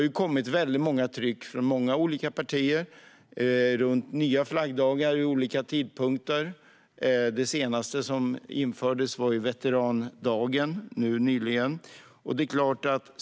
Flera partier har tryckt på om nya flaggdagar, och nyligen infördes veterandagen.